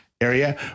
area